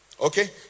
Okay